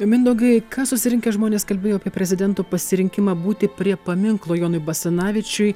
mindaugai ką susirinkę žmonės kalbėjo apie prezidento pasirinkimą būti prie paminklo jonui basanavičiui